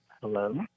Hello